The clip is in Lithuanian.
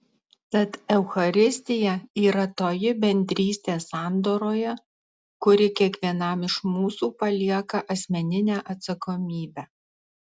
tad eucharistija yra toji bendrystė sandoroje kuri kiekvienam iš mūsų palieka asmeninę atsakomybę